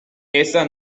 esta